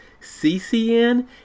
CCN